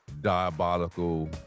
diabolical